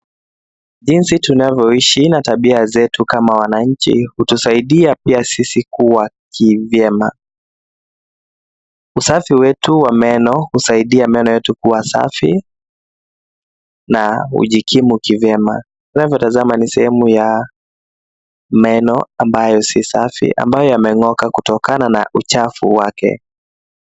Jinsi tunavyoishi na tabia zetu kama wananchi, hutusaidia pia sisi kua kivyema. Usafi wetu wa meno husaidia meno yetu kua safi, na ujikimu kivyema. Tunavyotazama ni sehemu ya meno ambayo si safu, ambayo yameng'oka kutokana na uchafu wake.